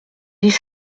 dix